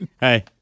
hey